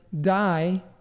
die